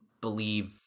believe